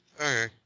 Okay